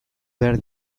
behar